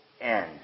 end